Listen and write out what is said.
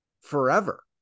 forever